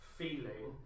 feeling